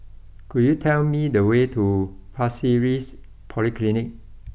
could you tell me the way to Pasir Ris Polyclinic